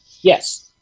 Yes